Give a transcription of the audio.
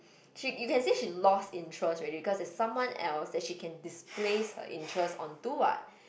she you can see she lost interest already because there's someone else that she can displace her interest onto what